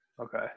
Okay